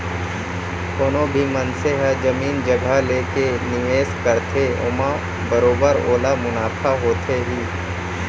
कोनो भी मनसे ह जमीन जघा लेके निवेस करथे ओमा बरोबर ओला मुनाफा होथे ही